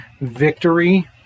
victory